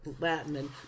Latin